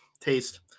Taste